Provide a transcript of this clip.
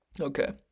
Okay